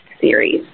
series